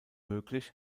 möglich